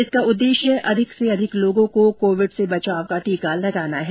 इसका उददेश्य अधिक से अधिक लोगों को कोविड से बचाव का टीका लगाना है